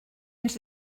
ens